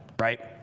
right